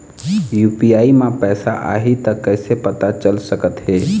UPI म पैसा आही त कइसे पता चल सकत हे?